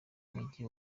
mujyi